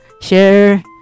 share